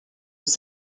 was